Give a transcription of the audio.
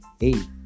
eight